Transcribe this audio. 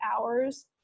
hours